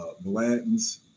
Blanton's